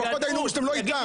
לפחות היינו רואים שאתם לא איתם.